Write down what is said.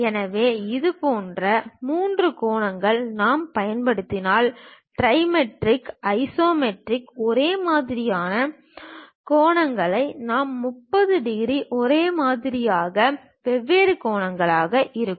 எனவே இதுபோன்ற மூன்று கோணங்களை நாம் பயன்படுத்தினால் ட்ரைமெட்ரிக் ஐசோமெட்ரிக் ஒரே மாதிரியான கோணங்களில் நாம் 30 டிகிரி ஒரே மாதிரியாக இருப்போம் டைமெட்ரிக்கில் இரண்டு வெவ்வேறு கோணங்கள் இருக்கும்